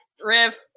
riff